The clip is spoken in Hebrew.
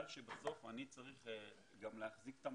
שבסוף אני צריך גם להחזיק את המערכת.